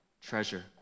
treasure